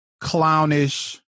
clownish